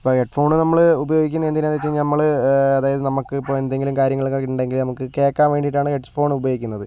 ഇപ്പോൾ ഹെഡ്ഫോണ് നമ്മൾ ഉപയോഗിക്കുന്നത് എന്തിനാണെന്ന് വച്ച് കഴിഞ്ഞാൽ നമ്മൾ അതായത് നമ്മൾക്ക് ഇപ്പോൾ എന്തെങ്കിലും കാര്യങ്ങളൊക്കെ ഉണ്ടെങ്കിൽ നമുക്ക് കേൾക്കാൻ വേണ്ടിയിട്ടാണ് ഹെഡ്ഫോൺ ഉപയോഗിക്കുന്നത്